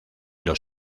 los